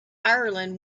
ireland